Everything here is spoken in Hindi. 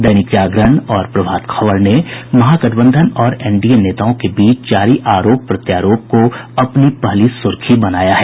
दैनिक जागरण और प्रभात खबर ने महागठबंधन और एनडीए नेताओं के बीच जारी आरोप प्रत्यारोप को अपनी पहली सुर्खी बनाया है